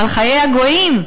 על חיי הגויים,